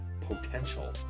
potential